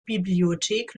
bibliothek